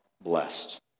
blessed